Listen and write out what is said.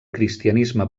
cristianisme